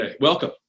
Welcome